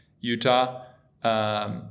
Utah